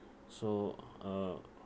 so uh